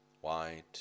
white